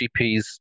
GPs